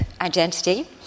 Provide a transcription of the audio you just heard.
identity